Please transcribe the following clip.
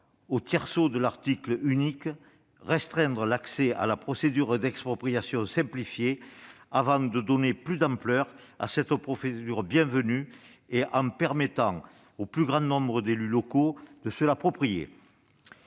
qui ne souhaite pas restreindre l'accès à la procédure d'expropriation simplifiée afin de donner plus d'ampleur à cette procédure bienvenue et de permettre au plus grand nombre d'élus locaux de se l'approprier.